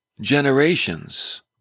generations